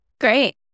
Great